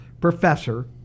professor